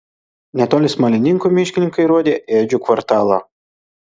netoli smalininkų miškininkai rodė ėdžių kvartalą